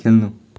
खेल्नु